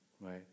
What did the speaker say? right